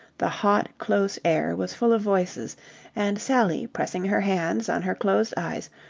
the hot, close air was full of voices and sally, pressing her hands on her closed eyes,